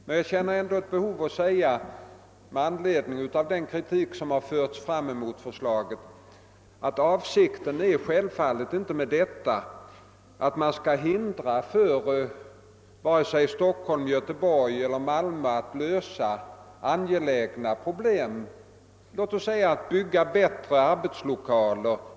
Men jag känner ändå ett behov av att säga med anledning av den kritik som framförts mot förslaget, att avsikten är självfallet inte att hindra vare sig Stockholm, Göteborg eller Malmö att lösa angelägna problem — låt mig säga att bygga bättre arbetslokaler.